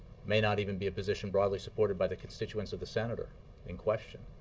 may not even be a position broadly supported by the constituents of the senator in question.